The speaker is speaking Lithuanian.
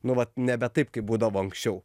nu vat nebe taip kaip būdavo anksčiau